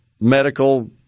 medical